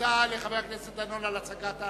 תודה לחבר הכנסת דנון על הצגת החוק.